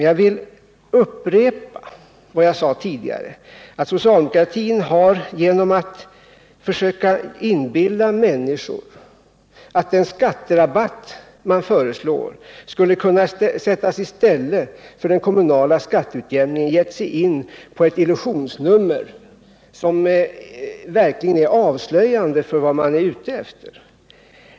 Jag vill emellertid upprepa vad jag sade tidigare: Socialdemokratin har, genom att försöka inbilla människor att den skatterabatt man föreslår skulle kunna ersätta den kommunala skatteutjämningen, gett sig in på ett illusionsnummer, som verkligen avslöjar vad man är ute efter.